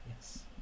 Yes